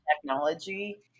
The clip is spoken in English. technology